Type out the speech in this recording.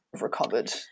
recovered